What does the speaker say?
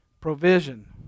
Provision